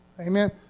Amen